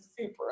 super